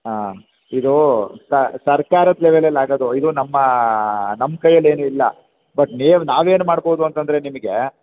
ಹಾಂ ಇದು ಸರ್ಕಾರದ ಲೆವೆಲಲ್ಲಿ ಆಗೋದು ಇದು ನಮ್ಮ ನಮ್ಮ ಕೈಯಲ್ಲಿ ಏನೂ ಇಲ್ಲ ಬಟ್ ನೀವು ನಾವೇನು ಮಾಡ್ಬೋದು ಅಂತಂದರೆ ನಿಮಗೆ